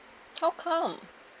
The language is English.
how come